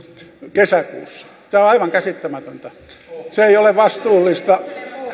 kesäkuussa tämä on aivan käsittämätöntä se ei ole vastuullista